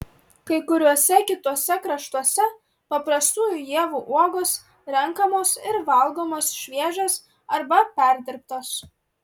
kai kuriuose kituose kraštuose paprastųjų ievų uogos renkamos ir valgomos šviežios arba perdirbtos